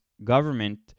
Government